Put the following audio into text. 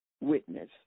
witness